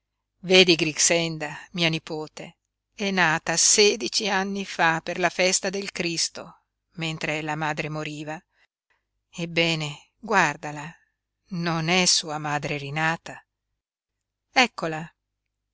giovani vedi grixenda mia nipote è nata sedici anni fa per la festa del cristo mentre la madre moriva ebbene guardala non è sua madre rinata eccola